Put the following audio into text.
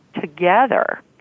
together